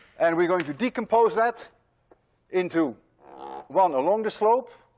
and we're going to decompose that into one a longer slope,